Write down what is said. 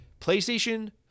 PlayStation